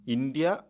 India